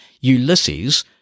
Ulysses